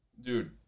Dude